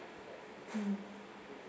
mm